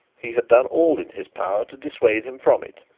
he had done all in his power to dissuade him from it.